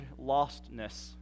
lostness